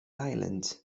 island